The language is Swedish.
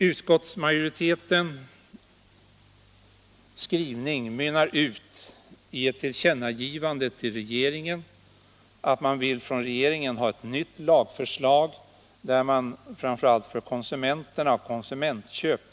Utskottsmajoritetens skrivning utmynnar i att riksdagen skall ge regeringen till känna att man någon gång i framtiden vill ha ett nytt lagförslag, och framför allt vill man då ha en treårig preskriptionstid för konsumentköp.